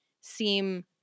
seem